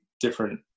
different